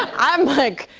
i'm like,